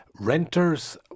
renters